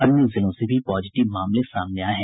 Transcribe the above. अन्य जिलों से भी पॉजिटिव मामले सामने आये हैं